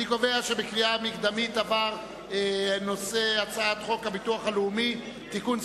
ההצעה להעביר את הצעת חוק הביטוח הלאומי (תיקון,